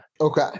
Okay